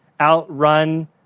outrun